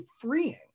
freeing